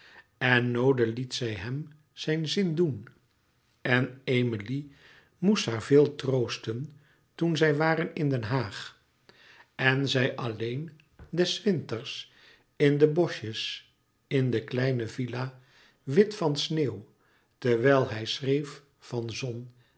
en noode liet zij hem zijn zin doen en emilie moest haar veel troosten toen louis couperus metamorfoze zij waren in den haag en zij alleen des winters in de boschjes in de kleine villa wit van sneeuw terwijl hij schreef van zon